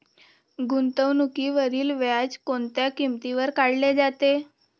गुंतवणुकीवरील व्याज कोणत्या किमतीवर काढले जाते?